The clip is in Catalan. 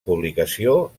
publicació